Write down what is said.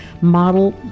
Model